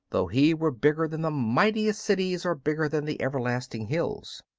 though he were bigger than the mighty cities or bigger than the everlasting hills.